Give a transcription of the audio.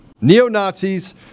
Neo-Nazis